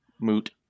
Moot